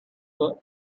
with